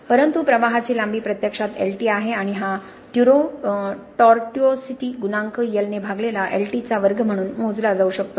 परंतु प्रवाहाची लांबी प्रत्यक्षात Lt आहे आणि हा tortuosity गुणांक L ने भागलेला Lt चा वर्ग म्हणून मोजला जाऊ शकतो